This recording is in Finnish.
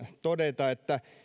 todeta että